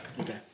Okay